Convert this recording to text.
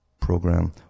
program